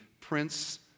prince